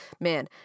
man